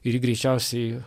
ir jį greičiausiai